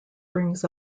brings